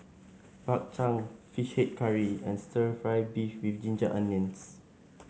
Bak Chang fish head curry and stir fry beef with Ginger Onions